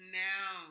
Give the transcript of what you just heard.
now